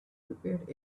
prepared